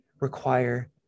require